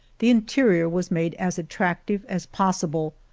the interior was made as attractive as possible,